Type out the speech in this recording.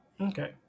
Okay